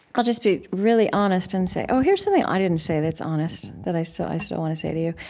i'll just be really honest and say oh, here's something i didn't say that's honest that i so i still want to say to you.